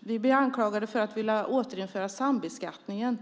Vi blir anklagade för att vilja återinföra sambeskattningen.